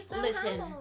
listen